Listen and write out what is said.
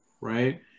right